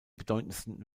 bedeutendsten